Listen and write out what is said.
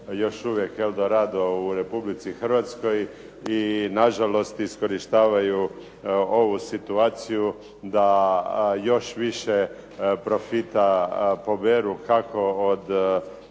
još uvijek el dorado u Republici Hrvatskoj i nažalost iskorištavaju ovu situaciju da još više profita poberu kako od